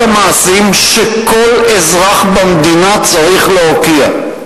המעשים שכל אזרח במדינה צריך להוקיע.